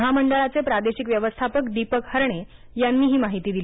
महामंडळाचे प्रादेशिक व्यवस्थापक दीपक हरणे यांनी ही माहिती दिली